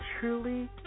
truly